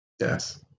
Yes